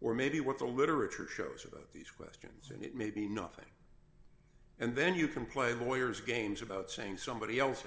or maybe what the literature shows about the options and it may be nothing and then you can play boyer's games about saying somebody else